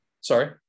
Sorry